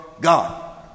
God